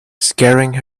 scaring